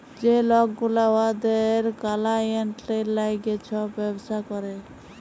যে লক গুলা উয়াদের কালাইয়েল্টের ল্যাইগে ছব ব্যবসা ক্যরে